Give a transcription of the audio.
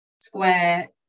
square